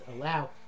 allow